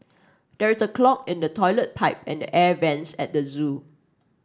there is a clog in the toilet pipe and the air vents at the zoo